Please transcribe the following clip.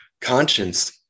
conscience